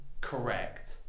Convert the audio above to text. correct